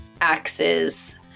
axes